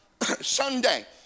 Sunday